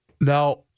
Now